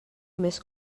més